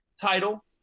title